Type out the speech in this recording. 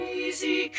easy